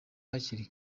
hakiri